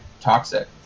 toxic